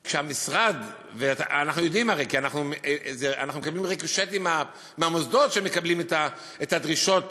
אנחנו יודעים הרי כי אנחנו מקבלים ריקושטים מהמוסדות שמקבלים את הדרישות